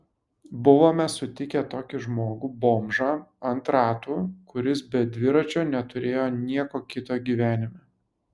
buvome sutikę tokį žmogų bomžą ant ratų kuris be dviračio neturėjo nieko kito gyvenime